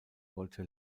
wollte